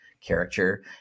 character